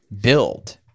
build